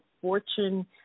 Fortune